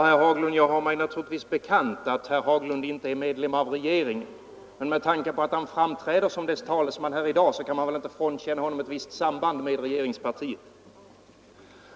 Herr talman! Jag har mig naturligtvis bekant att herr Haglund inte är med i regeringen, men med tanke på att han framträder som dess talesman här i dag kan man väl inte frånkänna honom ett visst samband med regeringspartiet.